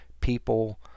people